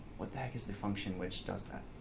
what the heck is the function which does that?